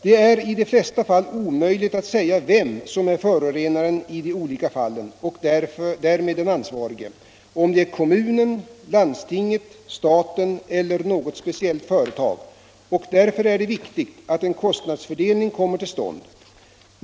Det är i de flesta fall omöjligt att säga vem som är förorenaren i de olika fallen och därmed den ansvarige, om det är kommunen, landstinget, staten eller något speciellt företag, och därför är det viktigt att en kostnadsfördelning kommer till stånd.